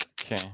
Okay